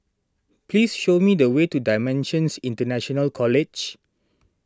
please show me the way to Dimensions International College